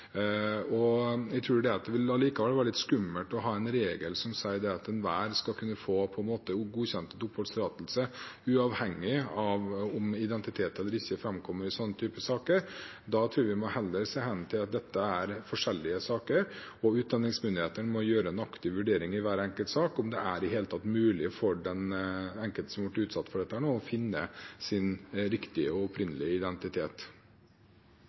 Jeg tror allikevel det vil være litt skummelt å ha en regel som sier at enhver skal kunne få godkjent oppholdstillatelse, uavhengig av om identitet framkommer eller ikke i en slik type sak. Da tror jeg vi heller må se hen til at dette er forskjellige saker, at utlendingsmyndighetene i hver enkelt sak må gjøre en aktiv vurdering av om det i det hele tatt er mulig for den enkelte som har vært utsatt for dette, å finne sin riktige og opprinnelige identitet.